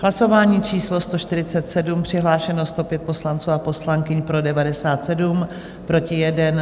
Hlasování číslo 147, přihlášeno 105 poslanců a poslankyň, pro 97, proti 1.